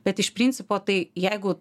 bet iš principo tai jeigu